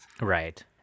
right